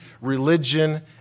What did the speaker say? religion